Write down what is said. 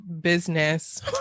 business